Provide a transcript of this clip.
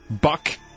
buck